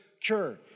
cured